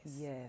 Yes